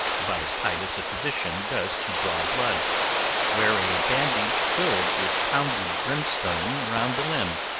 about as tight as a physician does to draw blood wear a bandage filled with pounded brimstone round the limb,